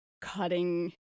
cutting